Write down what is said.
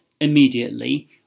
immediately